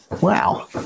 Wow